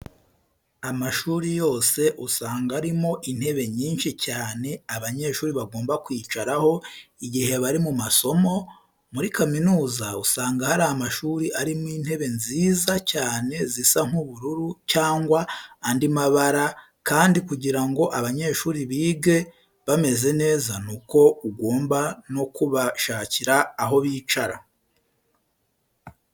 Amashuri yose usanga arimo intebe nyinshi cyane abanyeshuri bagomba kwicaraho igihe bari mu masomo. Muri kaminuza usanga hari amashuri arimo intebe nziza cyane zisa nk'ubururu cyangwa andi mabara kandi kugira ngo abanyeshuri bige bameze neza ni uko ugomba no kubashakira aho bicara.